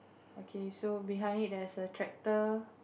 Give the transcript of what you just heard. okay so behind it there's a tractor